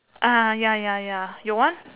ah ya ya ya your one